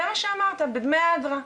זה מה שאמרת, בדמי האגרה.